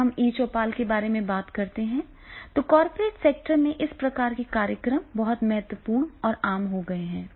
जब हम ई चौपाल के बारे में बात करते हैं तो कॉर्पोरेट सेक्टर में इस प्रकार के कार्यक्रम बहुत महत्वपूर्ण और आम हो गए हैं